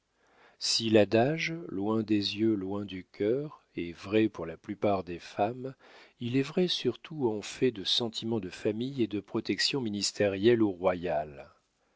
si l'adage loin des yeux loin du cœur est vrai pour la plupart des femmes il est vrai surtout en fait de sentiments de famille et de protections ministérielles ou royales